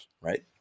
right